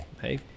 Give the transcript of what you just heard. Hey